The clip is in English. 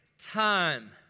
time